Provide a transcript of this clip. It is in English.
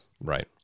Right